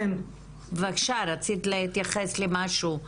בבקשה, רצית להתייחס למשהו.